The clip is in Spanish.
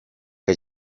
que